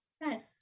Yes